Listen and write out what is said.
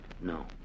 No